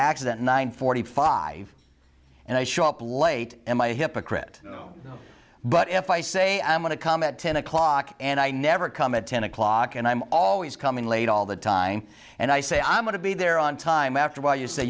accident nine forty five and i show up late in my hypocrite but if i say i'm going to come at ten o'clock and i never come at ten o'clock and i'm always coming late all the time and i say i'm going to be there on time after a while you say